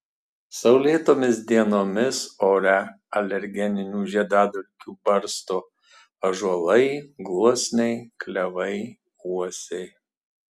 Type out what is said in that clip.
saulėtomis dienomis ore alergeninių žiedadulkių barsto ąžuolai gluosniai klevai uosiai